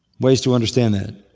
ways to understand that.